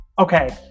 Okay